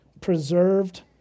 preserved